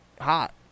hot